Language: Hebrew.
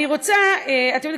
אתם יודעים,